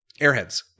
Airheads